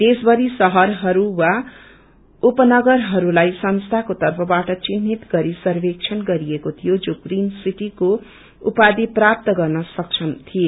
देश भरी शहरहरू वा उपनगरहरूलाई संस्थानको तर्फबाट चिन्हित गरी सर्वेक्षण गरिएको थियो जो ग्रीन सीटीको उपाधी प्राप्त गर्न सक्षम थिए